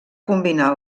combinar